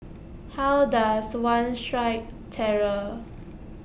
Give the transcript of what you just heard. how does one strike terror